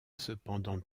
cependant